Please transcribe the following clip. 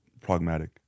pragmatic